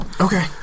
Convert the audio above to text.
Okay